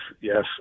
yes